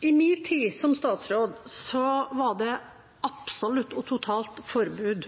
I min tid som statsråd var det absolutt og totalt forbud